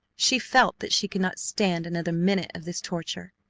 she felt that she could not stand another minute of this torture.